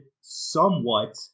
somewhat